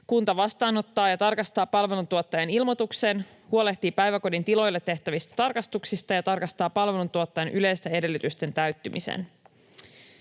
kunta vastaanottaa ja tarkastaa palveluntuottajan ilmoituksen, huolehtii päiväkodin tiloille tehtävistä tarkastuksista ja tarkastaa palveluntuottajan yleisten edellytysten täyttymisen.